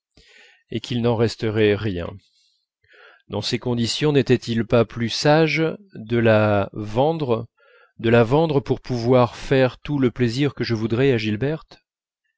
et qu'il n'en resterait rien dans ces conditions n'était-il pas plus sage de la vendre de la vendre pour pouvoir faire tout le plaisir que je voudrais